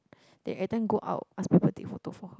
then everytime go out ask people take photo for her